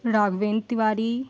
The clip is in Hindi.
राघवेन्द्र तिवारी